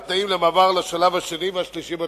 התנאים למעבר לשלב השני ולשלב השלישי בתוכנית.